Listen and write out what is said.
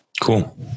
Cool